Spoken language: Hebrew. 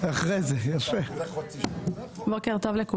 בוקר טוב.